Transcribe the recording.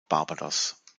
barbados